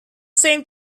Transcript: same